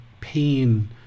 pain